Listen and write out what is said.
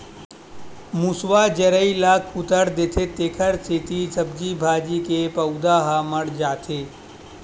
मूसवा जरई ल कुतर देथे तेखरे सेती सब्जी भाजी के पउधा ह मर जाथे